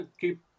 keep